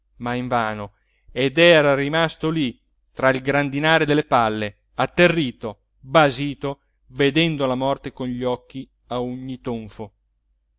ma invano ed era rimasto lí tra il grandinare delle palle atterrito basito vedendo la morte con gli occhi a ogni tonfo